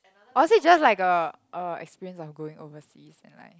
or is it just like a a experience of going overseas and like